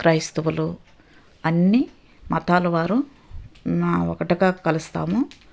క్రైస్తవులు అన్నీ మతాలు వారు నా ఒకటిగా కలుస్తాము